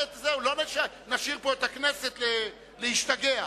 לא נשאיר פה את הכנסת להשתגע.